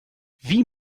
wie